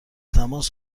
تماس